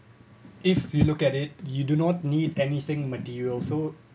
if you look at it you do not need anything material so